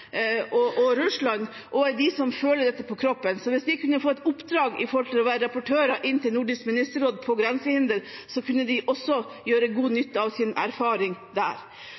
og Russland, og føler dette på kroppen. Hvis de kunne få i oppdrag å være rapportører til Nordisk ministerråd om grensehinder, kunne de også gjøre god nytte av sin erfaring der.